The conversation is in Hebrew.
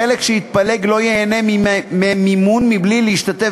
החלק שיתפלג לא ייהנה ממימון מבלי להשתתף